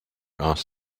asked